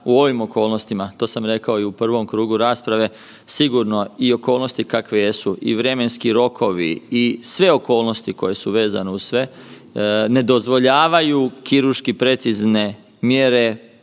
u ovim okolnostima, to sam rekao i u prvom krugu rasprave, sigurno i okolnosti kakve jesu i vremenski rokovi i sve okolnosti koje su vezane uz sve, ne dozvoljavaju kirurški precizne mjere